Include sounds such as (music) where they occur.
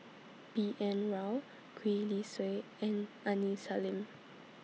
B N (noise) Rao Gwee Li Sui and Aini Salim